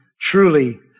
truly